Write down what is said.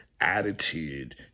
attitude